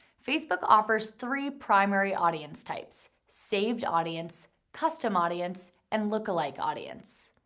facebook offers three primary audience types, saved audience, custom audience, and lookalike audience.